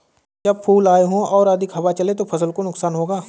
जब फूल आए हों और अधिक हवा चले तो फसल को नुकसान होगा?